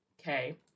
Okay